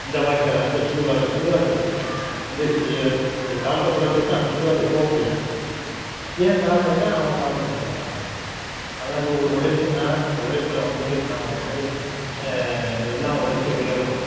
இந்த வாய்க்கால் அந்த சுடுகாடு சுடுகாடு பிரச்சின இந்த ஸ் இ இந்த தாழ்த்தப்பட்டவன் செத்தால் அந்த சுடுகாட்டுக்கு போக முடியலை ஏன்னென்னு காரணம் கேட்டால் அவன் தாழ்த்தப்பட்டவங்குறாங்க அதாவது ஒரு உழைப்புனா அந்த உழைப்புல வந்து நாம் வந்து எல்லாம் உழைச்சு உயரணும்